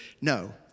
No